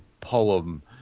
poem